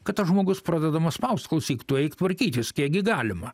kad tas žmogus pradedamas spaust klausyk tu eik tvarkytis kiekgi galima